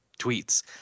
tweets